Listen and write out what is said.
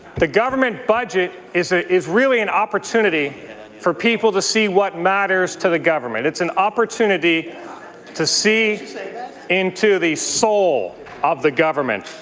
the government budget is ah is really an opportunity for people to see what matters to the government. it's an opportunity to see into the soul of the government.